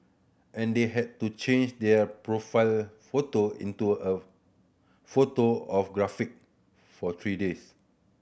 and they had to change their profile photo into a photo of giraffe for three days